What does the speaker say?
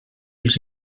els